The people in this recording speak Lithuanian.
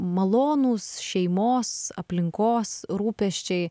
malonūs šeimos aplinkos rūpesčiai